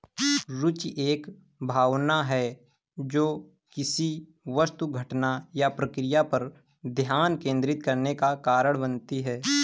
रूचि एक भावना है जो किसी वस्तु घटना या प्रक्रिया पर ध्यान केंद्रित करने का कारण बनती है